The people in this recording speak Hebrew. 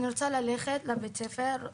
אני רוצה ללכת לבית הספר,